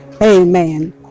Amen